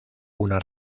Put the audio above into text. una